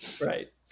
Right